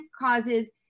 causes